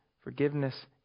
forgiveness